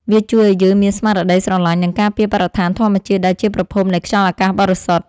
វាជួយឱ្យយើងមានស្មារតីស្រឡាញ់ និងការពារបរិស្ថានធម្មជាតិដែលជាប្រភពនៃខ្យល់អាកាសបរិសុទ្ធ។